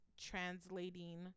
translating